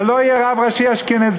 זה לא יהיה רב ראשי אשכנזי,